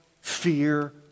fear